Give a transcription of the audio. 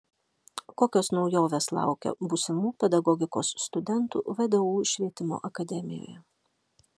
kokios naujovės laukia būsimų pedagogikos studentų vdu švietimo akademijoje